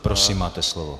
Prosím, máte slovo.